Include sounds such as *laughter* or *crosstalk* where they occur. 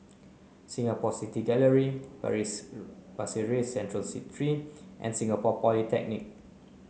Singapore City Gallery *unintelligible* Pasir Ris Central Street Three and Singapore Polytechnic